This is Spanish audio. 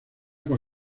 con